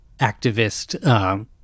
activist